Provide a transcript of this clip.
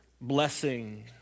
blessing